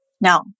No